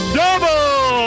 double